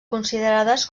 considerades